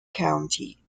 county